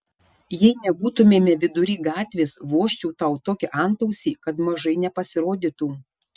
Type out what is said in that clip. jei nebūtumėme vidury gatvės vožčiau tau tokį antausį kad mažai nepasirodytų